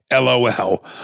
LOL